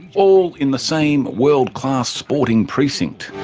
all in the same world class sporting precinct.